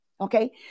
Okay